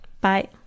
Bye